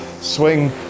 swing